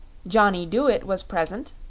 johnny dooit was present,